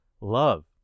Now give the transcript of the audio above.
love